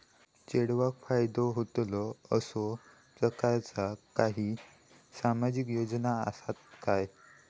चेडवाक फायदो होतलो असो प्रकारचा काही सामाजिक योजना असात काय?